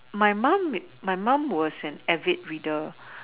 my mum my mum was an avid reader